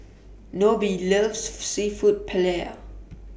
Nobie loves Seafood Paella